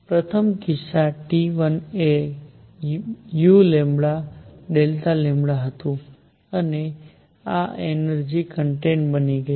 પ્રથમ કિસ્સામાં T1 એ u Δλ હતું અને આ એનર્જી કોન્ટેન્ટ બની ગઈ